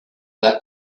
that